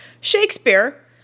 Shakespeare